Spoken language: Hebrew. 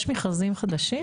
יש מכרזים חדשים?